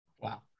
wow